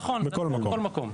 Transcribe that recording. נכון, בכל מקום.